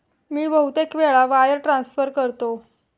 मी बहुतेक वेळा wire transfer करतो